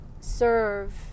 serve